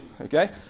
Okay